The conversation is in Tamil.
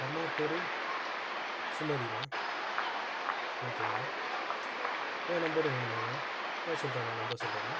அம்மா பேர் சுமதிண்ணா ஓகேண்ணா என் நம்பரும் வேணுமாங்கணா ஆ சொல்லுறண்ணா நம்பர் சொல்றண்ணா